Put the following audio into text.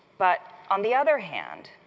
but on the other hand,